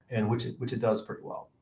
and which which it does pretty well.